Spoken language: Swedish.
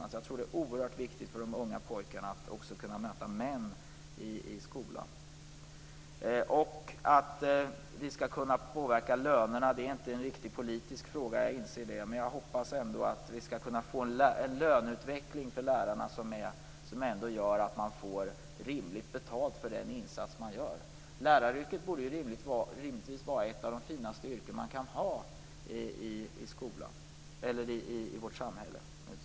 Jag tror att det är oerhört viktigt för de unga pojkarna att också kunna möta män i skolan. Vi måste också påverka lönerna. Jag inser att det inte riktigt är en politisk fråga. Men jag hoppas ändå att vi skall kunna få en löneutveckling för lärarna som ändå gör att de får rimligt betalt för den insats de gör. Läraryrket borde rimligtvis vara ett av de finaste yrken man kan ha i vårt samhälle.